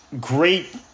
great